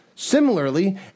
Similarly